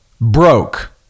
broke